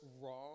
wrong